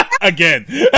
again